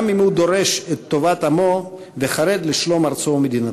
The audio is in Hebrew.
גם אם הוא דורש את טובת עמו וחרד לשלום ארצו ומדינתו.